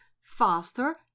faster